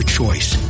choice